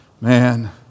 Man